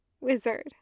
Wizard